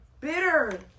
bitter